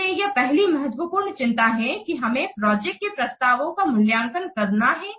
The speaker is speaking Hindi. इसलिए यह पहली महत्वपूर्ण चिंता है कि हमें प्रोजेक्ट के प्रस्तावों का मूल्यांकन करना है